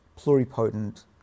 pluripotent